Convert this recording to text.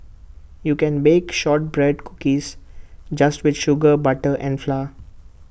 you can bake Shortbread Cookies just with sugar butter and flour